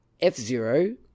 F-Zero